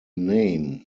name